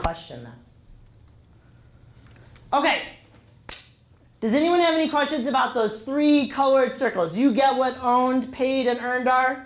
question ok does anyone have any questions about those three colored circles you get what honed paid her and are